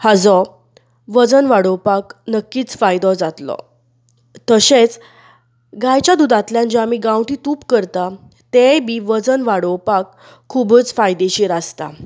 हाचो वजन वाडोवपाक लेगीत फायदो जातलो तशेंच गायच्या दुधांतल्यान जे आमीं गांवठी तूप करतात तेंय बीं वजन वाडोवपाक खूबच फायदेशीर आसता